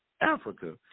Africa